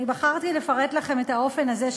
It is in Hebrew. אני בחרתי לפרט לכם את האופן הזה,